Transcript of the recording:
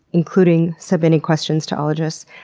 including submitting questions to ologists.